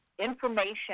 information